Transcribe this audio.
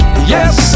Yes